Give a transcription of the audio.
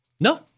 No